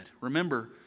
Remember